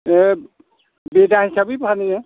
ए बेदा हिसाबै फानो